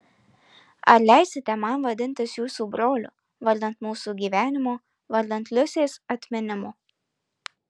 ar leisite man vadintis jūsų broliu vardan mūsų gyvenimo vardan liusės atminimo